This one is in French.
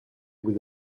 vous